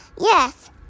Yes